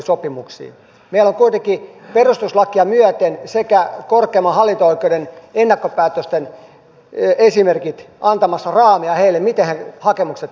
meillä on kuitenkin perustuslakia myöten sekä korkeimman hallinto oikeuden ennakkopäätösten esimerkit antamassa raamia heille miten he hakemukset käsittelevät